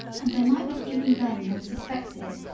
and they might not even then have suspected it,